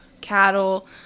cattle